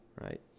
right